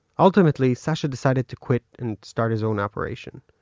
ultimately, sasha decided to quit and start his own operation.